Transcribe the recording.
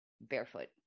Barefoot